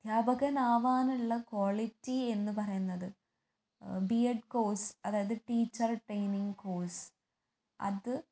അദ്ധ്യാപകനാവാനുള്ള quality എന്ന് പറയുന്നത് B Ed course അതായത് ടീച്ചർ ട്രെയിനിങ് കോഴ്സ് അത്